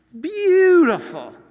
Beautiful